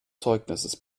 zeugnisses